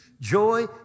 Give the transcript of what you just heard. joy